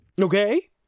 Okay